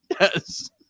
Yes